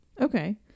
Okay